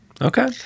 Okay